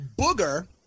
Booger